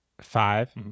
Five